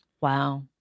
Wow